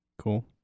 Cool